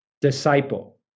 disciple